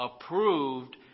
approved